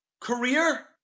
career